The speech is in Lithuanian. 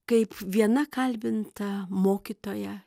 kaip viena kalbinta mokytoja